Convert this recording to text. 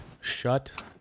shut